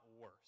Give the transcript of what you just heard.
worse